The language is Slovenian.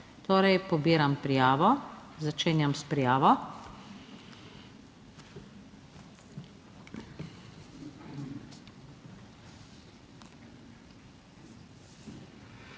torej pobiram prijavo. Začenjam s prijavo.